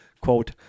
Quote